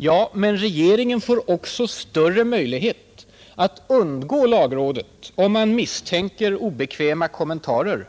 — Ja, men regeringen får också större möjlighet att undgå lagrådet, om man misstänker obekväma kommentarer,